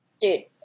dude